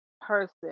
person